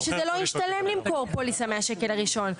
שזה לא ישתלם למכור פוליסה מהשקל הראשון.